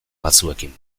batzuekin